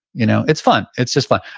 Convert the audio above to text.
you know it's fun. it's just fun.